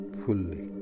fully